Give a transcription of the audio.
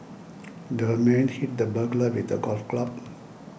the man hit the burglar with a golf club